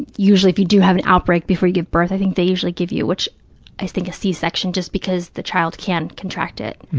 usually if you do have an outbreak before you give birth, i think they usually give you, i think, a c-section just because the child can contract it.